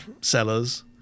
sellers